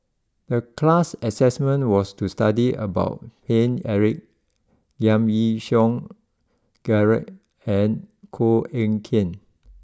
the class assignment was to study about Paine Eric Giam Yean Song Gerald and Koh Eng Kian